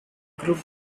group